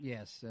Yes